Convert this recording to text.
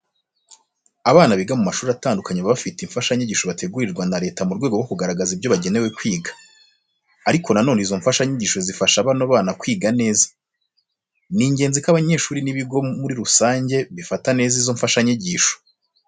Abana biga mu mashuri atandukanye baba bafite imfashanyigisho bategurirwa na Leta mu rwego rwo kugaragaza ibyo bagenewe kwiga. Ariko na none izo mfashanyigisho zifasha bano bana kwiga neza. Ni ingenzi ko abanyeshuri n'ibigo muri rusange bifata neza izo mfashanyigisho.